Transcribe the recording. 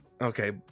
Okay